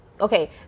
Okay